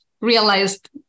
realized